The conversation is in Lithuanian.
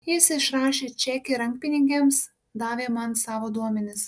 jis išrašė čekį rankpinigiams davė man savo duomenis